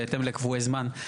לא שיש הגבלה.